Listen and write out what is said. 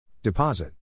Deposit